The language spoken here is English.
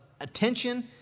attention